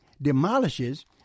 demolishes